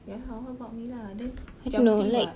ya all about me lah then jampi [what]